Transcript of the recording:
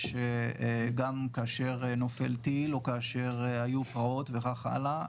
גם כאשר נופל טיל או כאשר היו פרעות וכך האלה,